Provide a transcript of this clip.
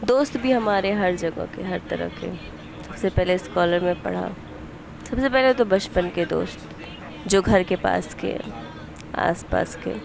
دوست بھی ہمارے ہر جگہ کے ہر طرح کے ہیں سب سے اسکالر میں پڑھا سب سے پہلے تو بچپن کے دوست جو گھر کے پاس کے ہیں آس پاس کے